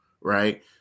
right